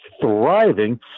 thriving